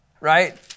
right